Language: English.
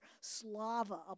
Slava